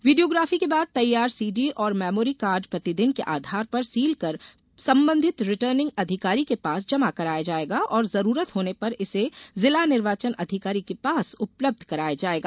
videography के बाद तैयार सीडी और मैमोरी कार्ड प्रतिदिन के आधार पर सील कर संबंधित रिटर्निंग अधिकारी के पास जमा कराया जायेगा और जरूरत होने पर इसे जिला निर्वाचन अधिकारी के पास उपलब्ध कराया जायेगा